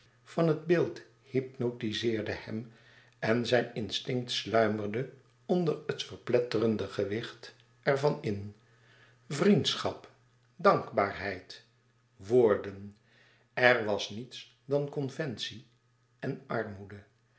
van het beeld hypnotiseerde hem en zijn instinct sluimerde onder het verpletterende gewicht er van in vriendschap dankbaarheid woorden er was niets dan conventie en armoede